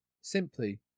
simply